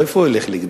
מאיפה הוא יגנוב?